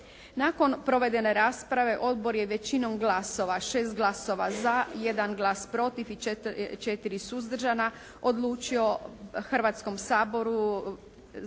Nakon provedene rasprave odbor je većinom glasova, 6 glasova za, 1 glas protiv i 4 suzdržana odlučio Hrvatskom saboru